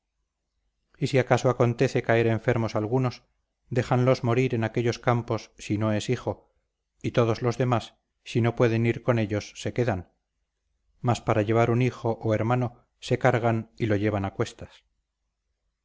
y si acaso acontece caer enfermos algunos déjanlos morir en aquellos campos si no es hijo y todos los demás si no pueden ir con ellos se quedan mas para llevar un hijo o hermano se cargan y lo llevan a cuestas